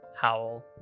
Howl